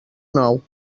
nou